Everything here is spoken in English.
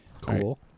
Cool